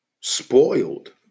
spoiled